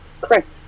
Correct